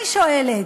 אני שואלת,